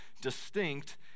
distinct